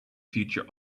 future